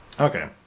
okay